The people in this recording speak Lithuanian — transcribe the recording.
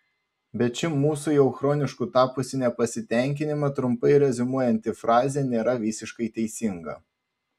bet ši mūsų jau chronišku tapusį nepasitenkinimą trumpai reziumuojanti frazė nėra visiškai teisinga